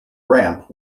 ramp